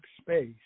space